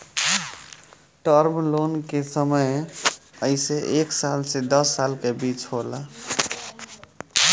term loan के समय अइसे एक साल से दस साल के बीच होला